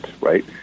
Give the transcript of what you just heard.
right